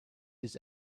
his